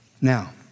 Now